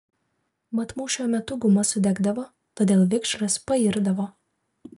mat mūšio metu guma sudegdavo todėl vikšras pairdavo